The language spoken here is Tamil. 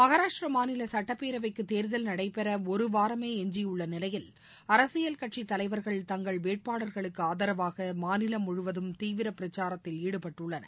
மஹாராஷ்டிர மாநில சட்டப்பேரவைக்கு தேர்தல் நடைபெற ஒருவாரமே எஞ்சியுள்ள நிலையில் அரசியல் கட்சி தலைவர்கள் தங்கள் வேட்பாளர்களுக்க ஆதரவாக மாநிலம் முழுவதும் தீவிர பிரச்சாரத்தில் ஈடுபட்டுள்ளனர்